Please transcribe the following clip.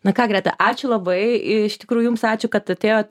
na ką greta ačiū labai iš tikrųjų jums ačiū kad atėjot